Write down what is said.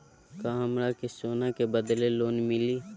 का हमरा के सोना के बदले लोन मिलि?